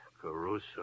Caruso